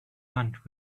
want